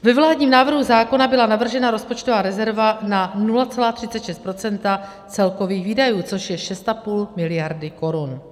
Ve vládním návrhu zákona byla navržena rozpočtová rezerva na 0,36 % celkových výdajů, což je 6,5 mld. korun.